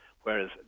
whereas